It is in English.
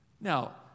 Now